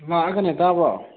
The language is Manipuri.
ꯂꯥꯛꯑꯒꯅꯦ ꯇꯥꯕ꯭ꯔꯣ